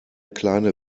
kleine